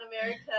America